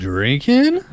Drinking